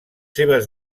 seves